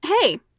Hey